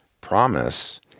promise